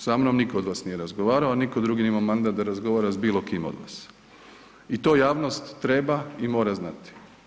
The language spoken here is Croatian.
Sa mnom nitko od vas nije razgovarao, a nitko drugi nije imao mandat da razgovara s bilo kim od vas i to javno treba i mora znati.